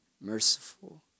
merciful